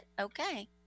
Okay